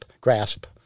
grasp